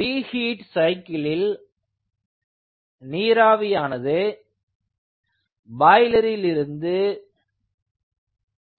reheat சைக்கிளில் நீராவியானது பாய்லரில் இருந்து